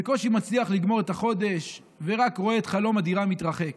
בקושי מצליח לגמור את החודש ורק רואה את חלום הדירה מתרחק.